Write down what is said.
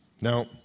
Now